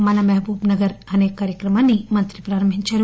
మన మహబూబ్నగర్ అనే కార్యక్రమాన్ని మంత్రి ప్రారంభించారు